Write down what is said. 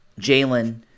Jalen